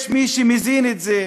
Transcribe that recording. יש מי שמזין את זה.